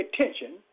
attention